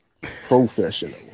Professional